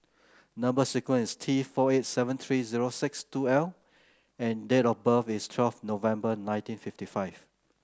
number sequence is T four eight seven three zero six two L and date of birth is twelve November nineteen fifty five